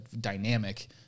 dynamic